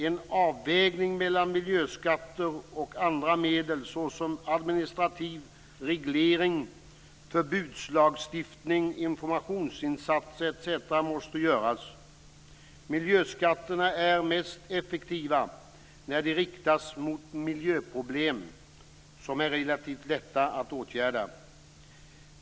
En avvägning mellan miljöskatter och andra medel - såsom administrativ reglering, förbudslagstiftning, informationsinsatser etc. - måste göras. Miljöskatterna är mest effektiva när de riktas mot miljöproblem som det är relativt lätt att åtgärda.